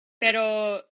Pero